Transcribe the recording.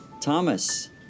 Thomas